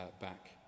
back